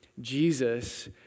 Jesus